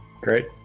great